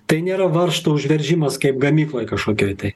tai nėra varžtų užveržimas kaip gamykloj kažkokioj tai